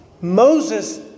Moses